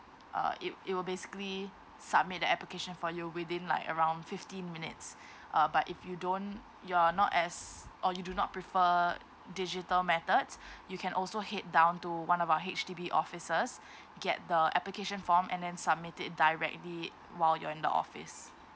uh it it will basically submit the application for you within like around fifteen minutes uh but if you don't you are not as or you do not prefer digital methods you can also head down to one of our H_D_B offices get the application form and then submit it directly while you're in the office